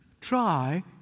Try